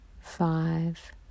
five